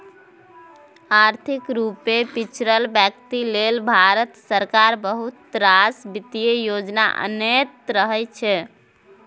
आर्थिक रुपे पिछरल बेकती लेल भारत सरकार बहुत रास बित्तीय योजना अनैत रहै छै